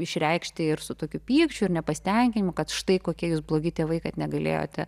išreikšti ir su tokiu pykčiu ir nepasitenkinimu kad štai kokia jūs blogi tėvai kad negalėjote